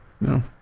No